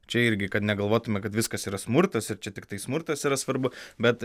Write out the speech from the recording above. čia irgi kad negalvotume kad viskas yra smurtas ir čia tiktai smurtas yra svarbu bet